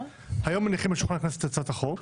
היום מניחים על שולחן הכנסת את הצעת החוק